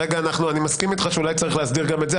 אני מסכים איתך שאולי צריך להסדיר גם את זה,